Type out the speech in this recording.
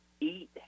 eat